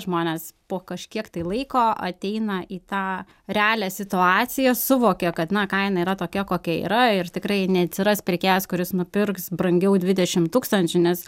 žmonės po kažkiek laiko ateina į tą realią situaciją suvokia kad na kaina yra tokia kokia yra ir tikrai neatsiras pirkėjas kuris nupirks brangiau dvidešim tūkstančių nes